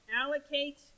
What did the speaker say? allocate